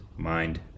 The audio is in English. Mind